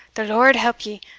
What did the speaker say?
the lord help ye,